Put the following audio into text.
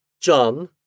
John